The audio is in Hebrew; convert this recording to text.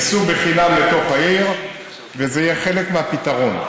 ייסעו בחינם לתוך העיר וזה יהיה חלק מהפתרון.